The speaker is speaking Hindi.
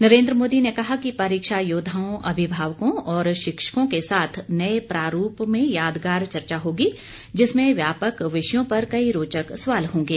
नरेन्द्र मोदी ने कहा कि परीक्षा योद्वाओं अभिभावकों और शिक्षकों के साथ नए प्रारूप में यादगार चर्चा होगी जिसमें व्यापक विषयों पर कई रोचक सवाल होंगे